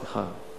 סליחה,